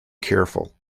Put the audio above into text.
careful